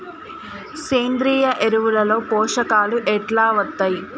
సేంద్రీయ ఎరువుల లో పోషకాలు ఎట్లా వత్తయ్?